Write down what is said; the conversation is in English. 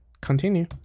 Continue